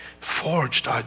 forged